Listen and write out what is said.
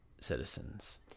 citizens